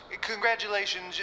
congratulations